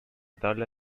tabla